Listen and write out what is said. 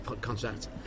contract